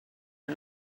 are